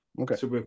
Okay